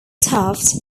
taft